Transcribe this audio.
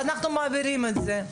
אנחנו מבהירים את זה.